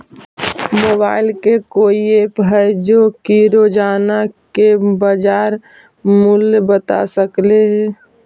Mobile के कोइ app है जो कि रोजाना के बाजार मुलय बता सकले हे?